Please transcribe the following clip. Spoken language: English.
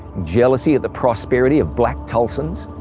jealousy of the prosperity of black tulsans.